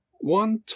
one